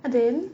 ah then